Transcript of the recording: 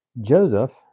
Joseph